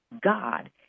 God